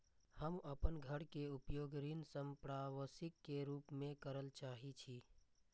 हम अपन घर के उपयोग ऋण संपार्श्विक के रूप में करल चाहि छी